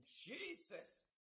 Jesus